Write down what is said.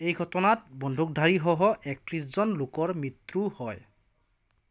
এই ঘটনাত বন্দুকধাই সহ একত্ৰিছজন লোকৰ মৃত্যু হয়